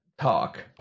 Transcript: talk